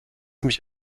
mich